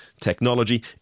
technology